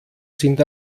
sind